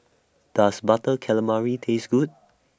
Does Butter Calamari Taste Good